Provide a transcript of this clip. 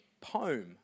poem